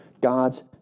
God's